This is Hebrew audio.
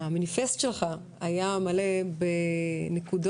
שהמניפסט שלך היה מלא בנקודות